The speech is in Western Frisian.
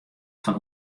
fan